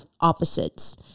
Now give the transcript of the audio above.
opposites